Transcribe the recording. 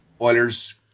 Oilers